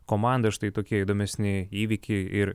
komandą štai tokie įdomesni įvykiai ir